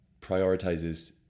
prioritizes